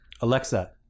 Alexa